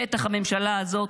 בטח הממשלה הזאת,